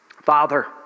Father